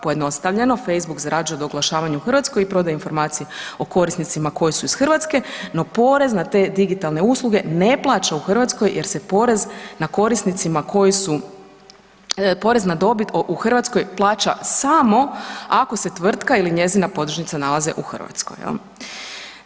Pojednostavljeno, Facebook zarađuje od oglašavanja u Hrvatskoj i prodaji informacija o korisnicima koji su iz Hrvatske, no porez na te digitalne usluge ne plaća u Hrvatskoj jer se porez na korisnicima koji su, porez na dobit u Hrvatskoj plaća samo ako se tvrtka ili njezina podružnica nalaze u Hrvatskoj, je li?